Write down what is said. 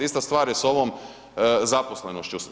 Ista stvar je s ovom zaposlenošću.